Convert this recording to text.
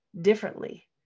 differently